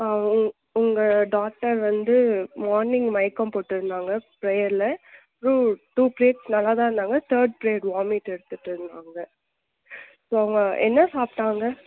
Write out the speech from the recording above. ஆ உங்கள் டாட்டர் வந்து மார்னிங் மயக்கம் போட்டுருந்தாங்க ப்ரயரில் ம் டூ பீரியட் நல்லா தான் இருந்தாங்க தேர்ட் பீரியட் வாமிட் எடுத்துகிட்டு இருந்தாங்க ஸோ அவங்க என்ன சாப்பிட்டாங்க